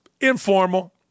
informal